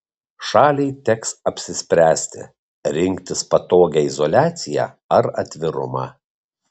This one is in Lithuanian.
šaliai teks apsispręsti rinktis patogią izoliaciją ar atvirumą